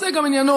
זה גם עניינו